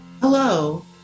Hello